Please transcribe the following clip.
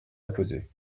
apposé